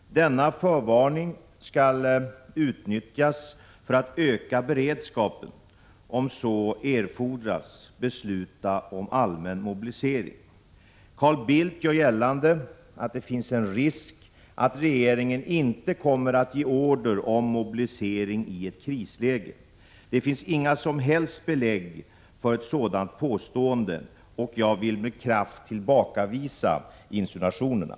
Denna förvarning skall utnyttjas för att öka beredskapen och, om så erfordras, besluta om allmän mobilisering. Carl Bildt gör gällande att det finns en risk att regeringen inte kommer att ge order om mobilisering i ett krisläge. Det finns inga som helst belägg för ett — Prot. 1986/87:75 sådant påstående. Och jag vill med kraft tillbakavisa insinuationerna.